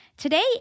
Today